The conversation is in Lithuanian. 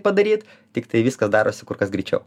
padaryt tiktai viskas darosi kur kas greičiau